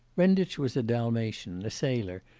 renditch was a dalmatian, a sailor,